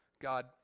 God